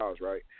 right